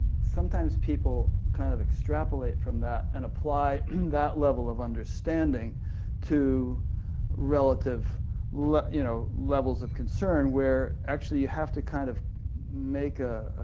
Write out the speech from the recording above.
sometimes people kind of extrapolate from that and apply that level of understanding to relative like you know levels of concern, whereas actually you have to kind of make a